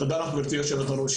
תודה לך, גברתי יושבת הראש.